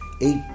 eight